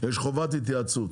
יש חובת התייעצות.